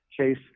case